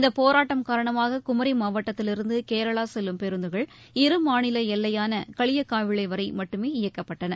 இந்த போராட்டம் காரணமாக குமி மாவட்டத்திலிருந்து கேரளா செல்லும் பேருந்துகள் இருமாநில எல்லையான களியக்காவிளை வரை மட்டுமே இயக்கப்பட்டன